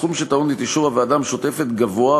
הסכום שטעון את אישור הוועדה המשותפת גדול,